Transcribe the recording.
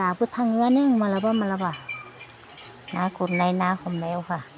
दाबो थाङोआनो आं माब्लाबा माब्लाबा ना गुरनाय ना हमनायावब्ला